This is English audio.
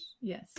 yes